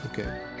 okay